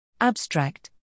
Abstract